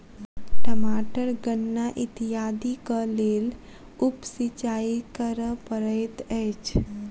टमाटर गन्ना इत्यादिक लेल उप सिचाई करअ पड़ैत अछि